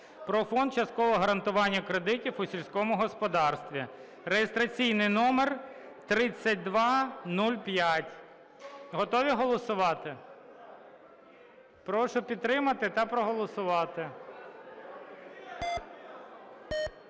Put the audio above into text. про Фонд часткового гарантування кредитів у сільському господарстві (реєстраційний номер 3205). Готові голосувати? Прошу підтримати та проголосувати.